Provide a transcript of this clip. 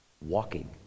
walking